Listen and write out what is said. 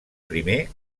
primer